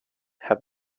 have